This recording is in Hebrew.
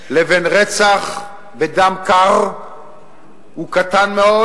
לבין רצח בדם קר הוא קטן מאוד.